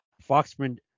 Foxman